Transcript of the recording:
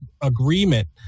agreement